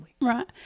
Right